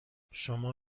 شما